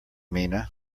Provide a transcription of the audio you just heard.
mina